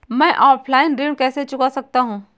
मैं ऑफलाइन ऋण कैसे चुका सकता हूँ?